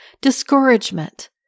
discouragement